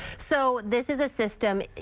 so this is a system,